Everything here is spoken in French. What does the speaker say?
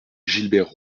gilbert